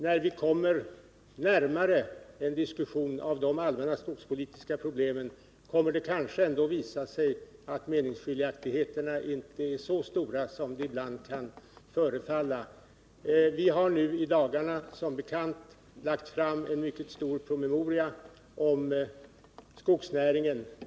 När vi kommer närmare en diskussion om de allmänna skogspolitiska problemen tror jag att det kanske ändå kommer att visa sig att meningsskiljaktigheterna inte är så stora som de ibland kan förefalla. Vi har som bekant nu i dagarna lagt fram en mycket stor promemoria om skogsnäringen.